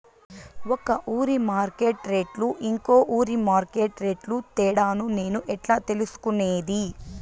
ఒక ఊరి మార్కెట్ రేట్లు ఇంకో ఊరి మార్కెట్ రేట్లు తేడాను నేను ఎట్లా తెలుసుకునేది?